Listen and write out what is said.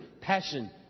Passion